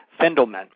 Fendelman